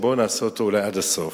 אז בואו נעשה אותו אולי עד הסוף.